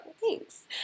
thanks